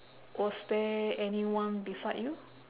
was there anyone beside you